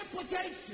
implication